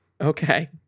Okay